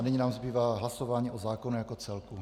A nyní nám zbývá hlasování o zákonu jako celku.